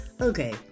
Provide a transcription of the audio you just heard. Okay